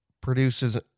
produces